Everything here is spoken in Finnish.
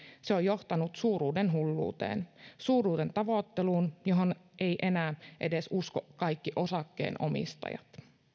se on johtanut suuruudenhulluuteen suuruuden tavoitteluun johon ei enää usko edes kaikki osakkeenomistajat